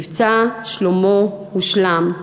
"מבצע שלמה" הושלם.